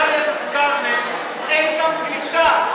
בדאלית אל-כרמל אין קליטה,